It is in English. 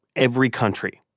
every country.